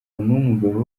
w’umugabo